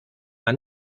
man